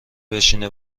بشینه